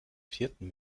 vierten